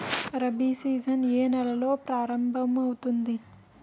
Rabi season ఏ నెలలో ప్రారంభమౌతుంది?